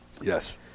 Yes